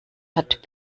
hat